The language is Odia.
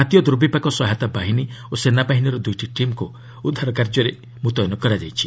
ଜାତୀୟ ଦୁର୍ବିପାକ ସହାୟତା ବାହିନୀ ଓ ସେନାବାହିନୀର ଦୁଇଟି ଟିମ୍କୁ ଉଦ୍ଧାର କାର୍ଯ୍ୟରେ ମୁତୟନ କରାଯାଇଛି